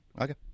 Okay